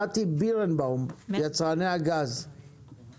נתי בירנבוים, יצרני הגז, בבקשה.